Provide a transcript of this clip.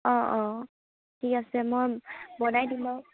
অঁ অঁ ঠিক আছে মই বনাই দিম বাৰু